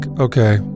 okay